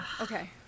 Okay